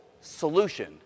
solution